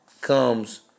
comes